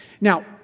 Now